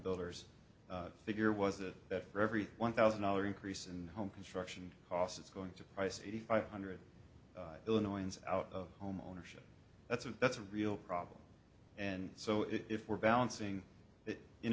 builders figure was that that for every one thousand dollars increase in home construction costs it's going to price eighty five hundred illinois out of home ownership that's a that's a real problem and so if we're balancing that in